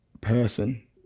person